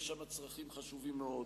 יש שם צרכים חשובים מאוד,